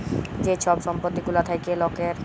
যে ছব সম্পত্তি গুলা থ্যাকে লকের